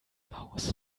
maus